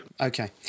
Okay